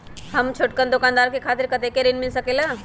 हम छोटकन दुकानदार के खातीर कतेक ऋण मिल सकेला?